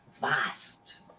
vast